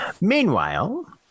Meanwhile